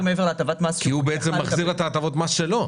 הוא מחזיר את הטבות המס שלו.